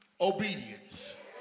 obedience